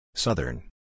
Southern